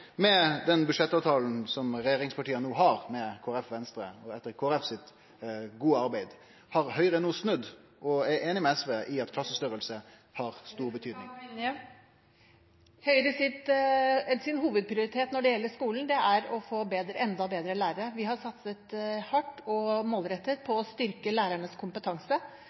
Med den budsjettavtalen som regjeringspartia no har med Kristeleg Folkeparti og Venstre, etter Kristeleg Folkeparti sitt gode arbeid, har Høgre no snudd og blitt einige med SV i at klassestorleik har stor betyding? Høyres hovedprioritet når det gjelder skolen, er å få enda bedre lærere. Vi har satset hardt og målrettet på å styrke lærernes kompetanse.